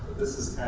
this is